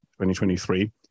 2023